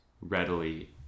readily